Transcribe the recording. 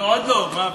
לא, עוד לא, מה פתאום.